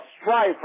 strife